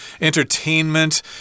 entertainment